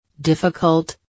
Difficult